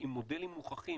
עם מודלים מוכחים,